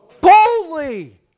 boldly